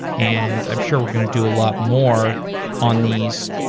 and i'm sure we're going to do a lot more on these.